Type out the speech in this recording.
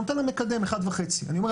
אני נותן לה מקדם 1.5. אני אומר,